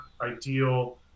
ideal